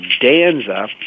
Danza